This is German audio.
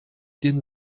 den